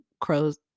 crows